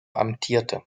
amtierte